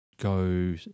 go